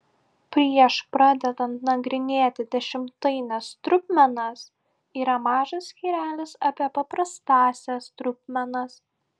prieš pradedant nagrinėti dešimtaines trupmenas yra mažas skyrelis apie paprastąsias trupmenas